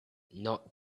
not